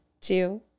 two